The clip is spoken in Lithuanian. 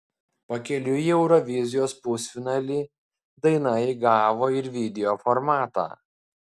pakeliui į eurovizijos pusfinalį daina įgavo ir video formatą